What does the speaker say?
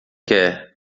quer